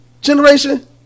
generation